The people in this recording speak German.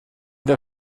der